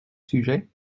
sujet